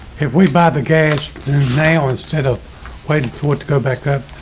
if we buy the gas now, instead of waiting for go back that,